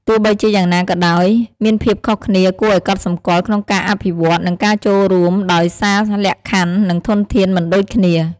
ទោះបីជាយ៉ាងណាក៏ដោយ មានភាពខុសគ្នាគួរឱ្យកត់សម្គាល់ក្នុងការអភិវឌ្ឍន៍ និងការចូលរួមដោយសារលក្ខខណ្ឌ និងធនធានមិនដូចគ្នា។